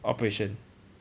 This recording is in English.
operation